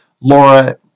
Laura